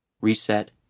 reset